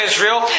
Israel